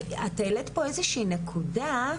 את העלית פה איזושהי נקודה,